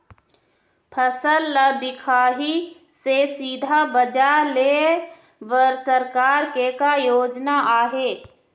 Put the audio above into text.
फसल ला दिखाही से सीधा बजार लेय बर सरकार के का योजना आहे?